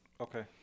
Okay